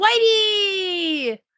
Whitey